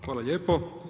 Hvala lijepo.